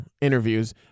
interviews